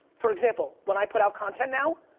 for example, when i put out content now,